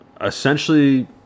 Essentially